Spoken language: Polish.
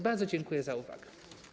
Bardzo dziękuję za uwagę.